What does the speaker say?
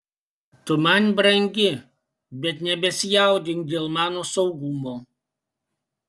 tu man brangi bet nebesijaudink dėl mano saugumo